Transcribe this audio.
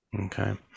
Okay